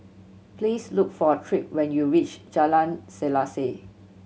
please look for Tripp when you reach Jalan Selaseh